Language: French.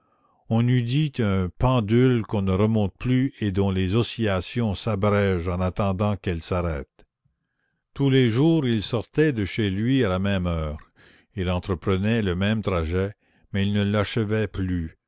on eût dit un pendule qu'on ne remonte plus et dont les oscillations s'abrègent en attendant qu'elles s'arrêtent tous les jours il sortait de chez lui à la même heure il entreprenait le même trajet mais il ne l'achevait plus